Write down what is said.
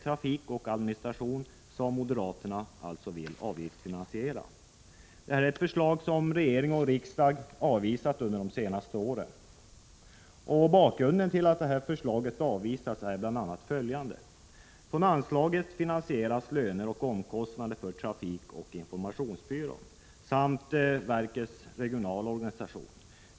Trafik och administration, som moderaterna vill avgiftsfinansiera. Det är ett förslag som regering och riksdag har avvisat under de senaste åren. Bakgrunden till att förslaget har avvisats är bl.a. följande: Från anslaget finansieras löner och omkostnader för trafikoch informationsbyrån samt verkets regionala organisation.